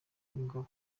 ngabo